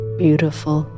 beautiful